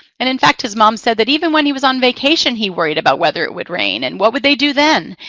and in fact, his mom said that even when he was on vacation, he worried about whether it would rain and what would they do then?